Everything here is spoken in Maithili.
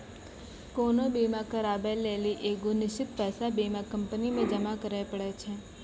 कोनो बीमा कराबै लेली एगो निश्चित पैसा बीमा कंपनी के जमा करै पड़ै छै